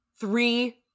three